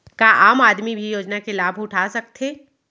का आम आदमी भी योजना के लाभ उठा सकथे?